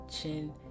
chin